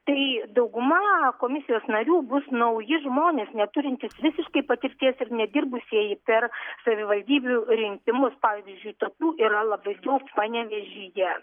tai dauguma komisijos narių bus nauji žmonės neturintys visiškai patirties ir nedirbusieji per savivaldybių rinkimus pavyzdžiui tokių yra labai daug panevėžyje